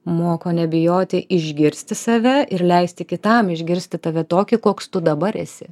moko nebijoti išgirsti save ir leisti kitam išgirsti tave tokį koks tu dabar esi